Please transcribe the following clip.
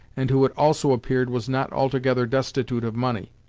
and who it also appeared was not altogether destitute of money.